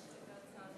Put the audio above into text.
נראה אם תטפלו בזה.